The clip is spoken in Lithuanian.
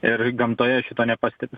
ir gamtoje šito nepastebiu